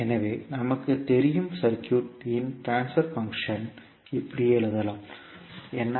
எனவே நமக்கு தெரியும் சர்க்யூட் இன் டிரான்ஸ்பர் பங்க்ஷன் இப்படி எழுதலாம் என்று